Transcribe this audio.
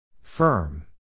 Firm